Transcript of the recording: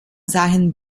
sahen